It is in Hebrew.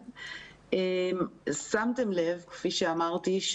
שמתם לב כפי שאמרתי,